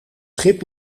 schip